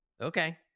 Okay